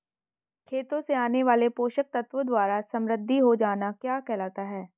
खेतों से आने वाले पोषक तत्वों द्वारा समृद्धि हो जाना क्या कहलाता है?